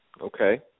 Okay